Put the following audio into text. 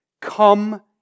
Come